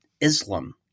Islam